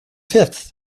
fifth